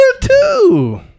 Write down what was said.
two